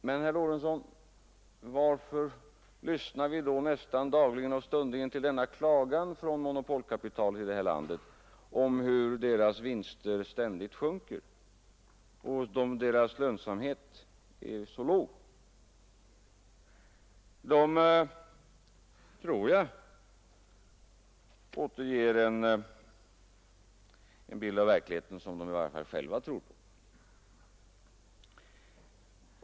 Men, herr Lorentzon, varför kan vi nästan dagligen och stundligen höra denna klagan från monopolkapitalet i detta land över hur dess vinster ständigt sjunker och att dess lönsamhet är så låg? Den klagan tror jag återger en bild av verkligheten — i varje fall tror monopolkapitalisterna själva det.